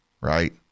right